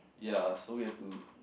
ya so we have to